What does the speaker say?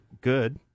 good